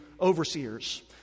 overseers